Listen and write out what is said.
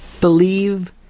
believe